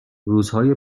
روزهای